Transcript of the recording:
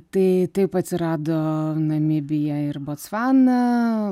tai taip atsirado namibija ir botsvana